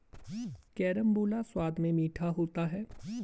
carambola स्वाद में मीठा होता है